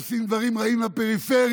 עושים דברים רעים לפריפריה,